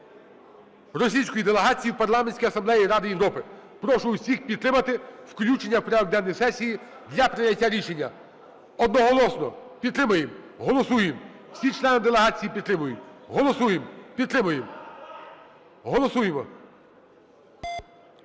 російської делегації у Парламентській Асамблеї Ради Європи. Прошу усіх підтримати включення в порядок денний сесії для прийняття рішення. Одноголосно підтримуємо, голосуємо. Всі члени делегації підтримують. Голосуємо, підтримуємо. Голосуємо.